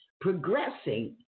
progressing